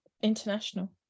international